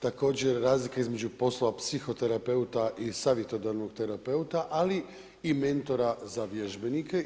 Također razlika između poslova psihoterapeuta i savjetodavnog terapeuta, ali i mentora za vježbenike.